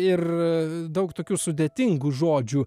ir daug tokių sudėtingų žodžių